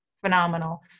phenomenal